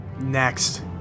Next